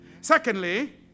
Secondly